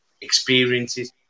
experiences